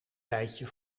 tijdje